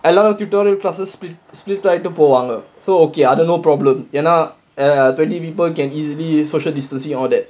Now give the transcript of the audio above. a lot of tutorial classes split split ஆகிட்டு போவாங்க:aagitu povaanga so okay I don't know problem you know err twenty people can easily social distancing all that